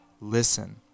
Listen